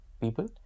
people